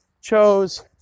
chose